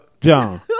John